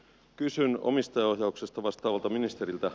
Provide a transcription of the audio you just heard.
kysyn omistajaohjauksesta vastaavalta ministeriltä